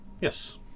Yes